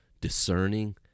discerning